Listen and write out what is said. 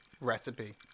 recipe